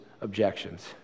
objections